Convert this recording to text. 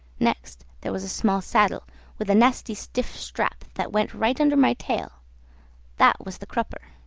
next, there was a small saddle with a nasty stiff strap that went right under my tail that was the crupper.